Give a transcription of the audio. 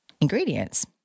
ingredients